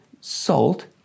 Salt